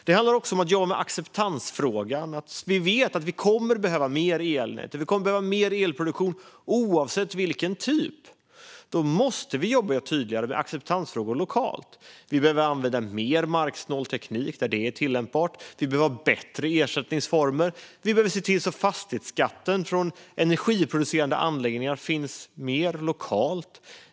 Det handlar också om att jobba med acceptansfrågan. Vi vet att det kommer att behövas mer elnät och mer elproduktion, oavsett typ. Då måste vi jobba tydligare med acceptansfrågor lokalt. Vi behöver också använda mer marksnål teknik där det är tillämpbart. Vi behöver ha bättre ersättningsformer, och vi behöver se till att fastighetsskatten från energiproducerande anläggningar finns mer lokalt.